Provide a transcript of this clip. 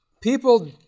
people